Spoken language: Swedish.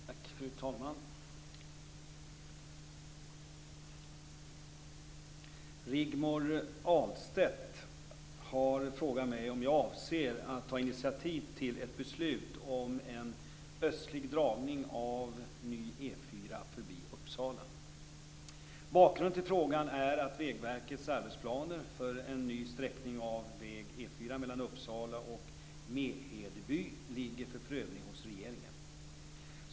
Fru talman! Rigmor Ahlstedt har frågat mig om jag avser att ta initiativ till ett beslut om en östlig dragning av ny E 4 förbi Uppsala. Bakgrunden till frågan är att Vägverkets arbetsplaner för en ny sträckning av väg E 4 mellan Uppsala och Mehedeby ligger för prövning hos regeringen.